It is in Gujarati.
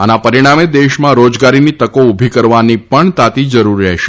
આના પરિણામે દેશમાં રોજગારીની તકો ઉભી કરવાની પણ તાતી જરૂર રહેશે